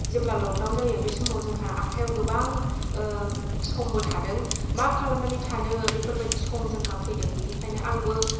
जेब्ला लकदाउन जायो बे समाव जोंहा आखाइयाव गोबां ओ समबो थादों मा खालामनानै थानो बेफोरबायदि सम जोंहा फैदों बिनिखायनो आंबो